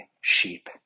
sheep